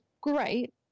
great